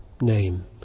name